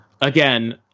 again